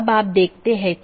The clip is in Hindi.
यह चीजों की जोड़ता है